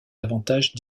avantages